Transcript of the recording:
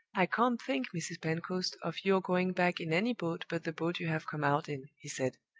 i can't think, mrs. pentecost, of your going back in any boat but the boat you have come out in, he said.